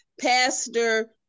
Pastor